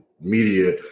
media